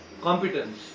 competence